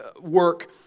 work